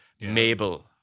Mabel